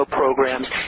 programs